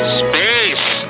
space